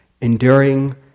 enduring